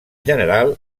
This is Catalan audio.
general